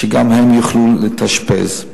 שגם הם יוכלו להתאשפז.